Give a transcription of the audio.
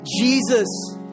Jesus